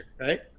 right